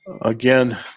again